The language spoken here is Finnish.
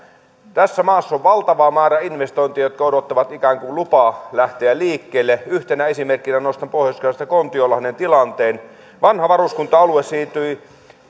tässä maassa on valtava määrä investointeja jotka odottavat ikään kuin lupaa lähteä liikkeelle yhtenä esimerkkinä nostan pohjois karjalasta kontiolahden tilanteen vanha varuskunta alue siirtyi